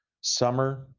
summer